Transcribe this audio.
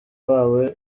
babo